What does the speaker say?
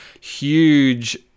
huge